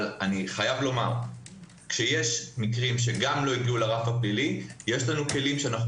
אבל כשיש מקרים שגם לא הגיעו לרף הפלילי יש כלים שאנחנו